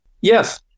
Yes